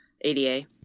ADA